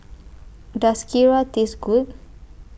Does Kheera Taste Good